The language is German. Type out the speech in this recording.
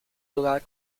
sogar